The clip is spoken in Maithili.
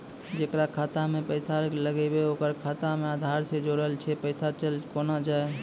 जेकरा खाता मैं पैसा लगेबे ओकर खाता मे आधार ने जोड़लऽ छै पैसा चल कोना जाए?